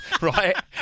right